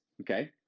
okay